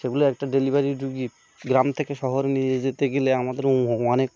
সেগুলো একটা ডেলিভারি রোগী গ্রাম থেকে শহরে নিয়ে যেতে গেলে আমাদেরও অনেক